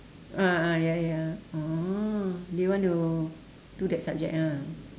ah ah ya ya oh they want to do that subject ah